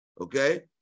okay